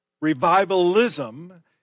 Revivalism